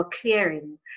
clearing